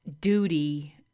duty